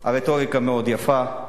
הרטוריקה מאוד יפה.